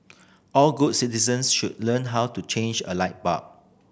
all good citizens should learn how to change a light bulb